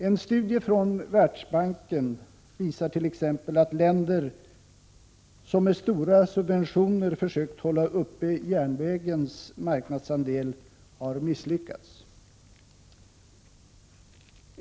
En studie från Världsbanken visar t.ex. att länder som med stora subventioner försökt hålla uppe järnvägens marknadsandel har misslyckats.